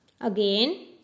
Again